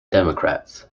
democrats